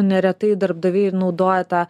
neretai darbdaviai naudoja tą